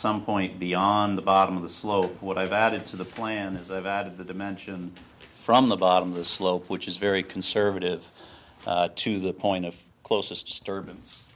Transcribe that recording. some point beyond the bottom of the slope what i've added to the plan is i've added the dimension from the bottom of the slope which is very conservative to the point of closest stur